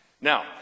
Now